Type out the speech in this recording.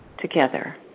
together